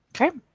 okay